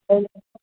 अइमे तब तक